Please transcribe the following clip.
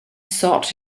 sought